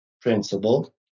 principle